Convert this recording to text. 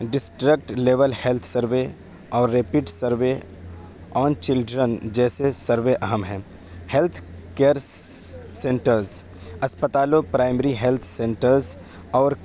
district level health survey اور rapid survey on children جیسے survey اہم ہیں ہیلتھ کیئر سینٹررز اسپتالوں پرائمری ہیلتھ سینٹرز اور